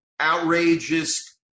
outrageous